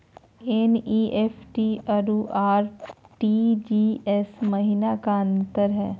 NEFT अरु RTGS महिना का अंतर हई?